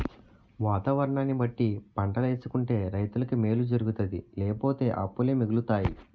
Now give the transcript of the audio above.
వాతావరణాన్ని బట్టి పంటలేసుకుంటే రైతులకి మేలు జరుగుతాది లేపోతే అప్పులే మిగులుతాయి